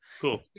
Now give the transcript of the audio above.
cool